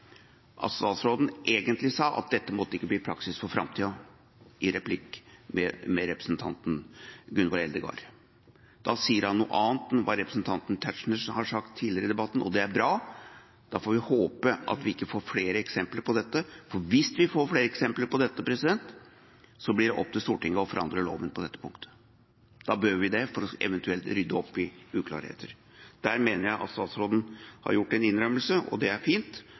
at statsråden egentlig sa at dette måtte ikke bli praksis for framtiden, i replikkveksling med representanten Gunvor Eldegard. Da sier han noe annet enn hva representanten Tetzschner har sagt tidligere i debatten, og det er bra. Da får vi håpe at vi ikke får flere eksempler på dette, for hvis vi får flere eksempler på dette, blir det opp til Stortinget å forandre loven på dette punktet. Da behøver vi det for eventuelt å rydde opp i uklarheter. Der mener jeg at statsråden har gjort en innrømmelse, og det er fint